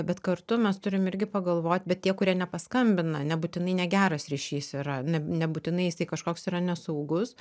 bet kartu mes turim irgi pagalvot bet tie kurie nepaskambina nebūtinai negeras ryšys yra ne nebūtinai jisai kažkoks yra nesaugus